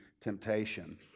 temptation